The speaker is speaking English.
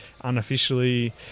unofficially